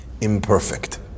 imperfect